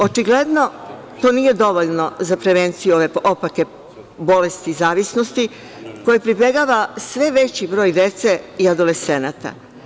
Očigledno da to nije dovoljno za prevenciju ove opake bolesti zavisnosti, kojoj pribegava sve veći broj dece i adolescenata.